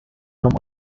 from